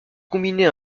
combinait